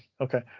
Okay